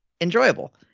enjoyable